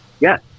Yes